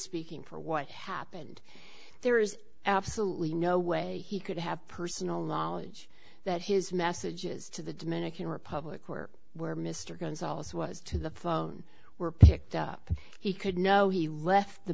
speaking for what happened there is absolutely no way he could have personal knowledge that his messages to the dominican republic where where mr gonzales was to the phone were picked up he could know he left the